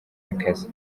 akazi